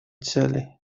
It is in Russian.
цели